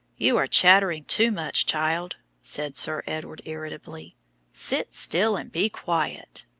you are chattering too much, child, said sir edward irritably sit still and be quiet.